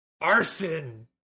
Arson